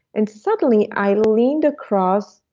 and suddenly i leaned across,